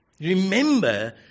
Remember